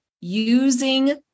using